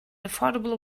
affordable